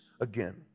again